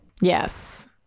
Yes